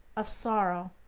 of sorrow,